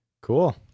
Cool